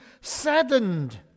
saddened